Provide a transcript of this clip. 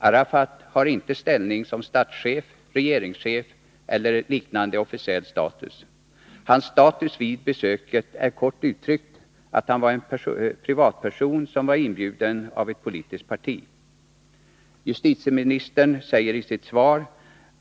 Arafat har inte ställning som statschef, regeringschef eller liknande officiell status. Hans status vid besöket var, kort uttryckt, att han var en privatperson som var inbjuden av ett politiskt parti. Justitieministern säger i sitt svar